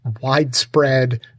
widespread